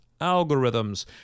algorithms